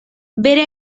bere